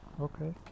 okay